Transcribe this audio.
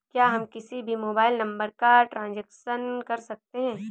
क्या हम किसी भी मोबाइल नंबर का ट्रांजेक्शन कर सकते हैं?